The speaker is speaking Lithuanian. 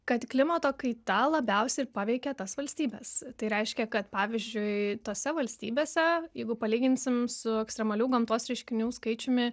kad klimato kaita labiausiai ir paveikė tas valstybes tai reiškia kad pavyzdžiui tose valstybėse jeigu palyginsim su ekstremalių gamtos reiškinių skaičiumi